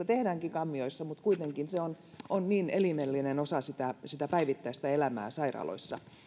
tehdäänkin kammioissa kuitenkin se on on elimellinen osa sitä sitä päivittäistä elämää sairaaloissa